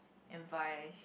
and vice